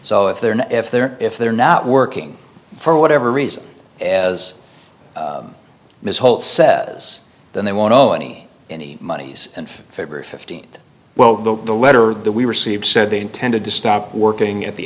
so if they're not if they're if they're not working for whatever reason as ms whole says then they want to show any any monies and february fifteenth well the letter that we received said they intended to stop working at the